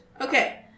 Okay